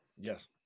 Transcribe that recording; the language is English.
Yes